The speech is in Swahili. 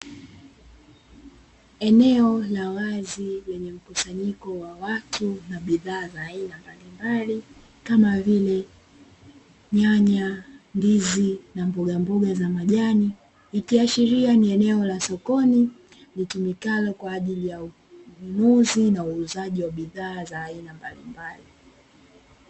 Eneo la wazi lenye mkusanyiko wa watu na bidhaa za aina mbalimbali, kama vile nyanya, ndizi na mbogamboga za majani, ikiashiria ni eneo la sokoni litumikalo kwa ajili ya ununuzi na uuzaji wa bidhaa za aina mbalimbali.